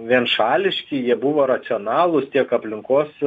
vien šališki jie buvo racionalūs tiek aplinkos